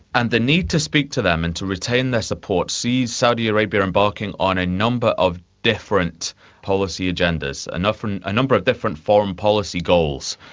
and the need to speak to them and to retain their support sees saudi arabia embarking on a number of different policy agendas and a number of different foreign policy goals.